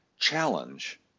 challenge